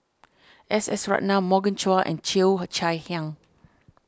S S Ratnam Morgan Chua and Cheo Chai Hiang